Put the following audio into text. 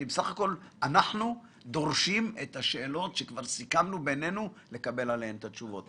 אנחנו דורשים את השאלות שכבר סיכמנו בינינו לקבל עליהן את התשובות.